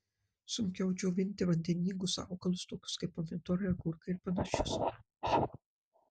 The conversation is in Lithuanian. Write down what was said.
sunkiau džiovinti vandeningus augalus tokius kaip pomidorai agurkai ir panašius